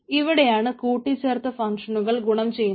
ഇവിടെയാണ് കൂട്ടിച്ചേർത്ത ഫങ്ഷനുകൾ ഗുണം ചെയ്യുന്നത്